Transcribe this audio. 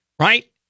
right